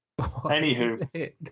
Anywho